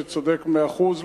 שצודק במאה אחוז,